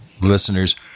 listeners